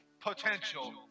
potential